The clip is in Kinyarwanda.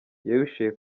yahishuye